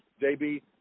Jb